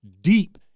deep